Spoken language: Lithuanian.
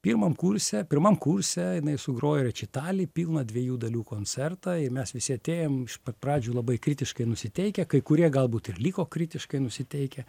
pirmam kurse pirmam kurse jinai sugrojo rečitalį pilną dviejų dalių koncertą ir mes visi atėjom iš pat pradžių labai kritiškai nusiteikę kai kurie galbūt ir liko kritiškai nusiteikę